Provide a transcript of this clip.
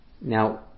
Now